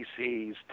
PCs